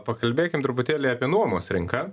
pakalbėkim truputėlį apie nuomos rinką